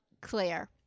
Claire